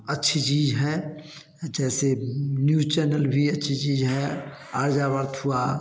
अच्छी चीज है जैसे न्यूज़ चैनल भी अच्छी चीज है अर्जाव्रत हुआ